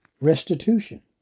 Restitution